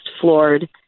floored